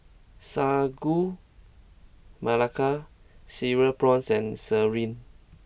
Sagu Melaka Cereal Prawns and Sireh